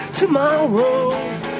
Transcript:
tomorrow